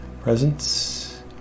presence